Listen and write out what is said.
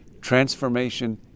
Transformation